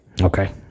Okay